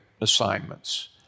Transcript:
assignments